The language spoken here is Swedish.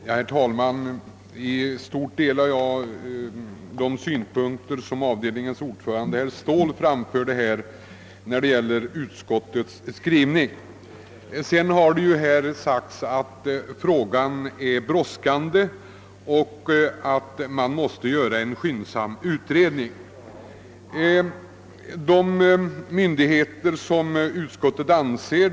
Herr talman! Jag delar. i stort de synpunkter som avdelningens ordförande herr Ståhl anlade på utskottets skrivning. Här har också poängterats att vi måste företa en utredning och att det brådskar med den saken.